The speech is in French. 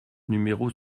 numéro